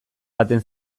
baten